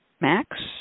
Max